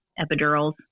epidurals